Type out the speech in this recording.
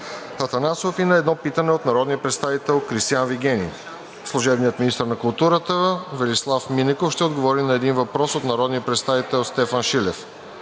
Атанасов, и на едно питане от народния представител Кристиан Вигенин; - служебният министър на културата Велислав Минеков ще отговори на един въпрос от народния представител Стефан Шилев.